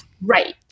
Right